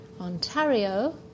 Ontario